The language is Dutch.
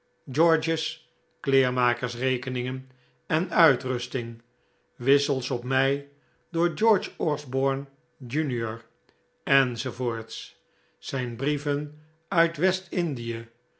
s g's kleermakersrekeningen en uitrusting wissels op mij door g osborne jr enz zijn brieven uit